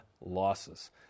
losses